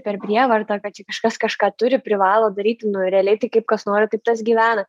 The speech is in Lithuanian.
per prievartą kad čia kažkas kažką turi privalo daryti nu realiai tai kaip kas nori taip tas gyvena